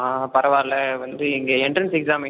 பரவாயில்ல வந்து எங்கள் என்ட்ரன்ஸ் எக்ஸாம்